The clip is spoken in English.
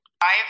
Five